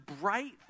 bright